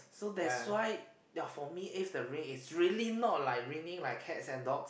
so that's why ya for me if the rain is really not like raining like cats and dogs